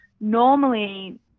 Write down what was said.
normally